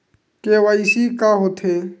KYC का होथे?